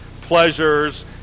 pleasures